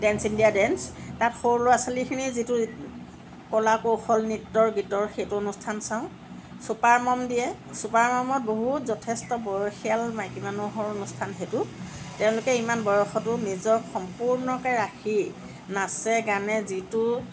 dance India dance তাত সৰু ল'ৰা ছোৱালীখিনিৰ যিটো কলা কৌশল নৃত্য়ৰ গীতৰ সেইটো অনুষ্ঠান চাওঁ চুপাৰ মম দিয়ে চুপাৰ ম'মত বহুত যথেষ্ট বয়সীয়াল মাইকী মানুহৰ অনুষ্ঠান সেইটো তেওঁলোকে ইমান বয়সতো নিজক সম্পূৰ্ণকে ৰাখি নাচে গানে যিটো